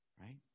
Right